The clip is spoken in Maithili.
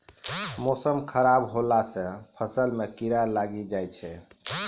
मौसम खराब हौला से फ़सल मे कीड़ा लागी जाय छै?